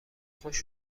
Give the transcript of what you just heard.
خوش